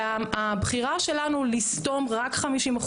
והבחירה שלנו לסתום רק 50%,